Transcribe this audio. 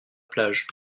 plage